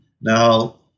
Now